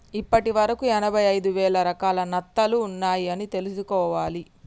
ఇప్పటి వరకు ఎనభై ఐదు వేల రకాల నత్తలు ఉన్నాయ్ అని తెలుసుకోవాలి